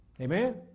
Amen